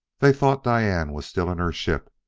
they thought diane was still in her ship,